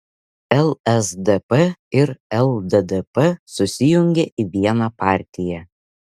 lsdp ir lddp susijungė į vieną partiją